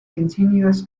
continuous